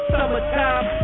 Summertime